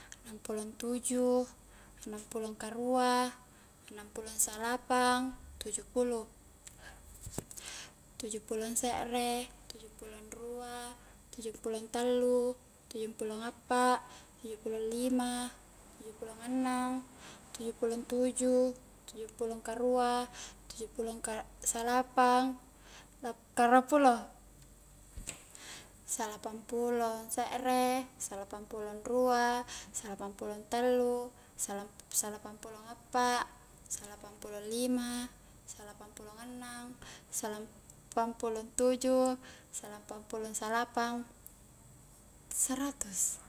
Annang pulo tuju annang pulo karua annang pulo salapang tujung puluh, tujung pulo se're, tujung pulo rua, tujung pulo tallu, tujung pulo appa tujung pulo lima tujung pulo annang tujung pulo tuju, tujung pulo karua, tujung pulo salapang karuang pulo salapang pulo se're, sara-salapang pulo rua, salapang pulo tallu, sala-salapang pulo appa, salapang pulo lima, salapang pulo annang, salapang pulo tuju, salapang pulo salapang, seratus.